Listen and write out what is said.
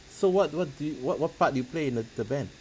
so what what do you what what part you play in the the band